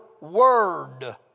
word